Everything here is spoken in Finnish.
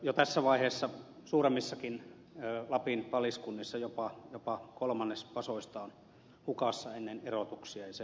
jo tässä vaiheessa suuremmissakin lapin paliskunnissa jopa kolmannes vasoista on hukassa ennen erotuksia ja se on iso määrä